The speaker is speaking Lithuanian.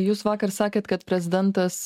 jūs vakar sakėt kad prezidentas a